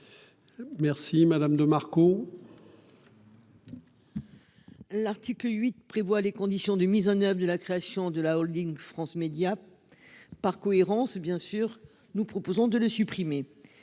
Merci madame de Marco. L'article 8 prévoit les conditions de mise en oeuvre de la création de la Holding France Médias. Par cohérence bien sûr, nous proposons de le supprimer.